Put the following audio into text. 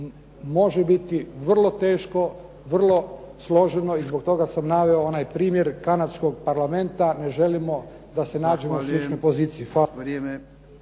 može biti vrlo teško, vrlo složeno i zbog toga sam naveo onaj primjer kanadskog parlamenta. Ne želimo da se nađemo u sličnoj poziciji.